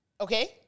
okay